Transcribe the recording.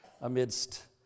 amidst